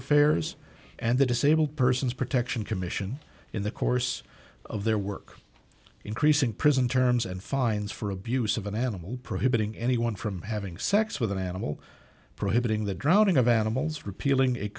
of fairs and the disabled persons protection commission in the course of their work increasing prison terms and fines for abuse of an animal prohibiting anyone from having sex with an animal prohibiting the drought ing of animals repealing